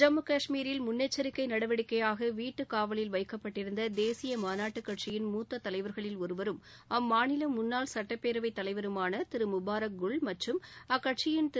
ஜம்மு காஷ்மீரில் முன்னெச்சரிக்கை நடவடிக்கையாக வீட்டு காவலில் வைக்கப்பட்டிருந்த தேசிய மாநாட்டு கட்சியின் மூத்த தலைவா்களில் ஒருவரும் அம்மாநில முன்னாள் சட்டப்பேரவை தலைவருமான திரு முபாரக் குல் மற்றும் அக்கட்சியின் திரு